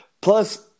Plus